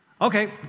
Okay